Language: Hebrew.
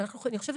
יכול להיות